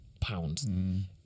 pounds